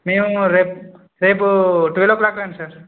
మేము రేపు రేపు టువల్ ఓ క్లాక్కి రండి సార్